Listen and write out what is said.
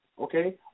Okay